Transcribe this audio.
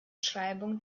schreibung